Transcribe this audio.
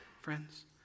friends